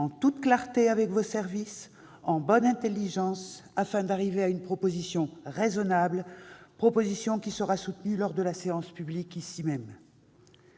en toute clarté avec vos services, en bonne intelligence, afin d'arriver à une proposition raisonnable, proposition qui sera soutenue lors de la séance publique ici même.